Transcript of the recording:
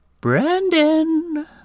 Brandon